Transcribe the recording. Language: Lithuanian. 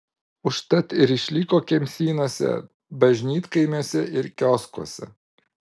užtat ir išliko kemsynuose bažnytkaimiuose ir kioskuose